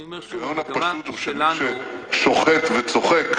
"ההיגיון הפשוט הוא שמי ששוחט וצוחק,